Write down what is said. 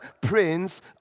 Prince